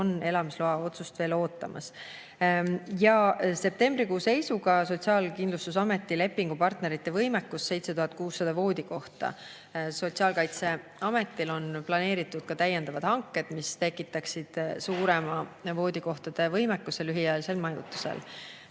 kes elamisloa otsust veel ootavad. Septembrikuu seisuga oli Sotsiaalkindlustusameti lepingupartnerite võimekus 7600 voodikohta. Sotsiaalkaitseametil on planeeritud ka täiendavad hanked, mis tekitaksid suurema voodikohtade võimekuse lühiajalisel majutusel.